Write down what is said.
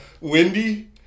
Wendy